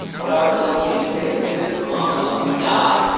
but our blood can't stay acidic for long or else we die.